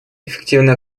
эффективное